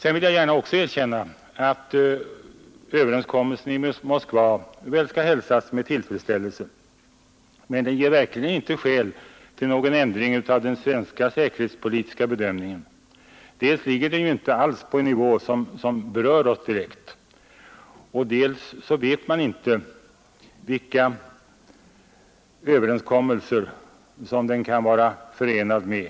Jag vill också gärna erkänna att överenskommelsen i Moskva skall hälsas med tillfredsställelse, men den ger verkligen inte skäl till någon ändring i den svenska säkerhetspolitiska bedömningen. Dels ligger den inte alls på en nivå som berör oss direkt, dels vet man inte vilka överenskommelser som kan vara förenade med den.